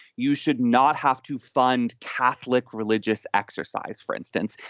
you should not have to fund catholic religious exercise, for instance.